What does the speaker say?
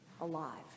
alive